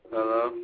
Hello